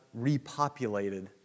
repopulated